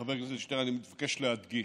חבר הכנסת שטרן, אני מבקש להדגיש: